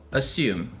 assume